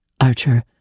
Archer